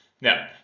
Now